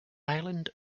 ireland